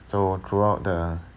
so throughout the